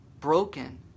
Broken